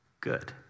good